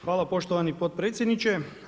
Hvala poštovani potpredsjedniče.